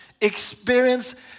experience